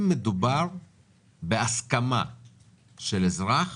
אם מדובר בהסכמה של אזרח